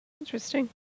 Interesting